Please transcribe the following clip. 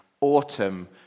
autumn